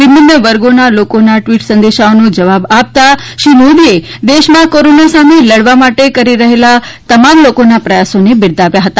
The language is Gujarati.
વિભિન્ન વર્ગોના લોકોના ટ઼વિટ સંદેશાઓના જવાબો આપતા શ્રી મોદીએ દેશમાં કોરોના સામે લડવા માટે કરી રહેલા તમામ લોકોના પ્રયાસોને બિરદાવ્યા હતા